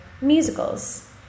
musicals